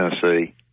Tennessee